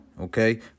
okay